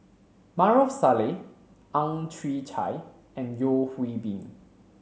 Maarof Salleh Ang Chwee Chai and Yeo Hwee Bin